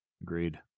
Agreed